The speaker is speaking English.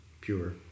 pure